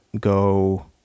go